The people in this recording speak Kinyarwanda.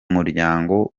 muryango